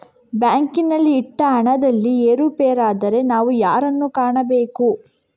ಬ್ಯಾಂಕಿನಲ್ಲಿ ಇಟ್ಟ ಹಣದಲ್ಲಿ ಏರುಪೇರಾದರೆ ನಾವು ಯಾರನ್ನು ಕಾಣಬೇಕು?